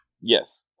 Yes